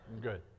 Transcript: Good